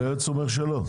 היועץ אומר שלא.